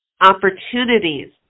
opportunities